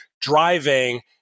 driving